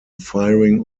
firing